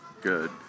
good